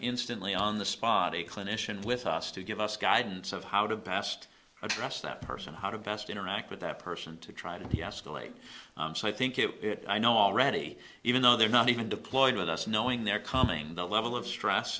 instantly on the spot a clinician with us to give us guidance of how to best address that person how to best interact with that person to try to deescalate so i think you know already even though they're not even deployed with us knowing they're coming the level of stress